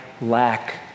lack